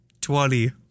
Twenty